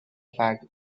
fag